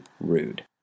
rude